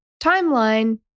timeline